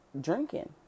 drinking